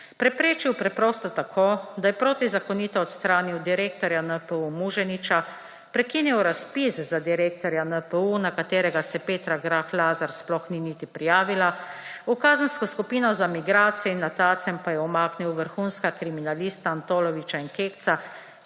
Preprečil preprosto tako, da je protizakonito odstranil direktorja NPU Muženiča, prekinil razpis za direktorja NPU, na katerega se Petra Grah Lazar sploh ni niti prijavila, v kazensko skupino za migracije in na Tacen pa je umaknil vrhunska kriminalista Antoloviča in Kekca,